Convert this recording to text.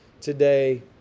today